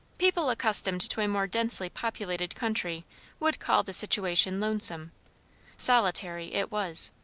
people accustomed to a more densely populated country would call the situation lonesome solitary it was.